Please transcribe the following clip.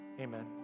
Amen